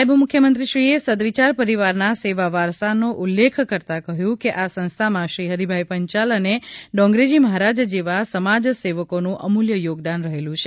નાયબ મુખ્યમંત્રીશ્રીએ સદવિયાર પરિવારના સેવા વારસાને ઉલ્લેખ કરતાં કહ્યું કે આ સંસ્થામાં શ્રી હરિભાઈ પંચાલ અને ડોંગરેજી મહારાજ જેવા સમાજસેવકોનું અમૂલ્ય યોગદાન રહેલું છે